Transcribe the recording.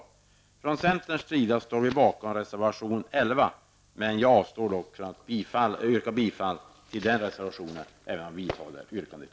Vi står från centerns sida bakom reservation 11. Jag avstår dock från att yrka bifall till den, även om jag i övrigt vidhåller yrkandet.